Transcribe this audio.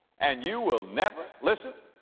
and you will never, listen,